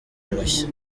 mushya